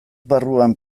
barruan